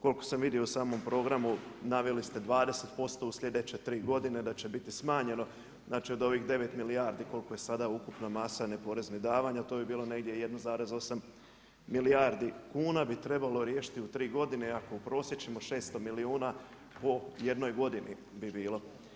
Koliko sam vidio u samom programu, naveli ste 20% u sljedeće tri godine da će biti smanjeno, znači od ovih 9 milijardi koliko je sada ukupna masa neporeznih davanja, to bi bilo negdje 1,8 milijardi kuna bi trebalo riješiti u 3 godine ako uprosječimo 600 milijuna po jednoj godini bi bilo.